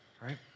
right